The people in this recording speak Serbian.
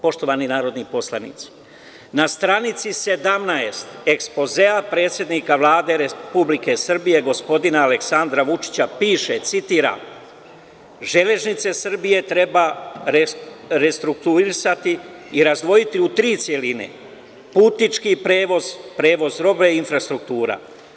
Poštovani narodni poslanici, na stranici 17 ekspozea predsednika Vlade Republike Srbije, gospodina Aleksandra Vučića piše, citiram: „Železnice Srbije treba restrukturisatii razdvojiti u tri celine – putnički prevoz, prevoz robe i infrastruktura.